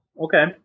okay